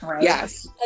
Yes